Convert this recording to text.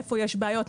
איפה שיש בעיות,